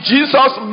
Jesus